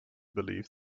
believe